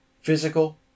physical